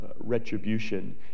Retribution